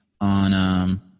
on